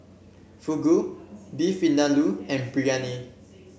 Fugu Beef Vindaloo and Biryani